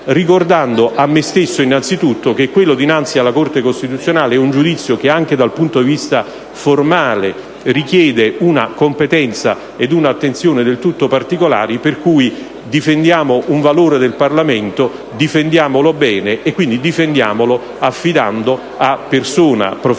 ricordando a me stesso innanzitutto che quello dinanzi alla Corte costituzionale è un giudizio che anche dal punto di vista formale richiede una competenza e un'attenzione del tutto particolari. Pertanto, difendiamo un valore del Parlamento, e difendiamolo bene, affidandolo a persona professionista